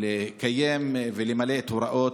לקיים ולמלא את ההוראות: